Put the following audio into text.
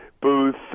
Booth